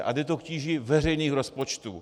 A jde to k tíži veřejných rozpočtů.